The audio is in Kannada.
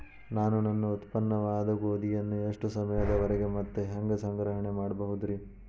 ನಾನು ನನ್ನ ಉತ್ಪನ್ನವಾದ ಗೋಧಿಯನ್ನ ಎಷ್ಟು ಸಮಯದವರೆಗೆ ಮತ್ತ ಹ್ಯಾಂಗ ಸಂಗ್ರಹಣೆ ಮಾಡಬಹುದುರೇ?